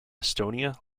estonia